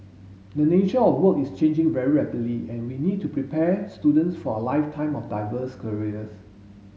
the nature of work is changing very rapidly and we need to prepare students for a lifetime of diverse careers